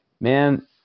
man